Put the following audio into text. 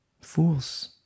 Fools